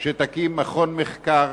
שתאפשר להקים מכון מחקר